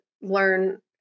learn